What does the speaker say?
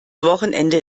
wochenende